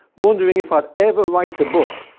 wondering if i'd ever write a book,